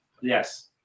Yes